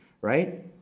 right